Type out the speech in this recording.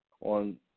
on